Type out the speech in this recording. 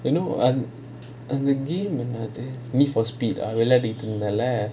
you know and and the game என்னது:ennathu need for speed விளையாடிட்டு இருந்தேன்:vilaiyaadittu irunthaen lah